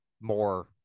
more